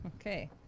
Okay